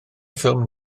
ffilm